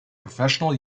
professional